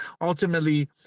ultimately